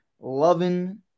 loving